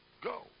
Go